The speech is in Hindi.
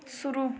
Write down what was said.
शुरू